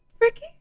Ricky